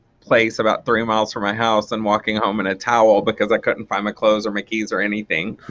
place about three miles from my house and walking home in a towel because i couldn't find my clothes or my keys or anything,